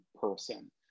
person